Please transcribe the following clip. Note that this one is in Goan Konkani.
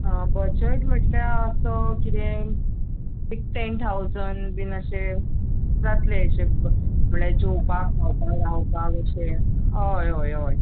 बजट म्हटल्यार असो कितें एक टेन थावजंड बीन अशें जातलें अशें म्हळ्यार जेवपाक खावपाक रावपाक अशें हय हय हय